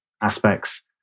aspects